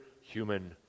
human